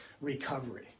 recovery